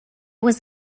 was